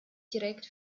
direkt